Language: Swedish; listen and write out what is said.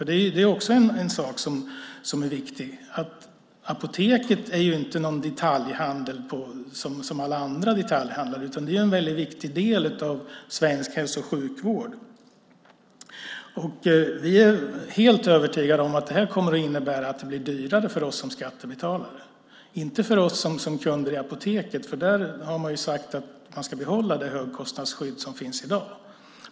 Det är också en sak som är viktig. Apoteket är inte en detaljhandel som alla andra, utan det är en viktig del av svensk hälso och sjukvård. Vi är helt övertygade om att detta kommer att innebära att det kommer att bli dyrare för oss som skattebetalare. Det blir inte dyrare för oss som kunder i apoteket, för man har sagt att man ska behålla det högkostnadsskydd som finns i dag.